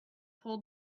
pulled